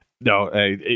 No